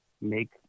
make